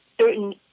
certain